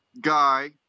guy